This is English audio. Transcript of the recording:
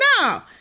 No